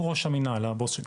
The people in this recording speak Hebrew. הוא ראש המנהל, הבוס שלי.